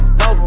no